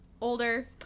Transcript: Older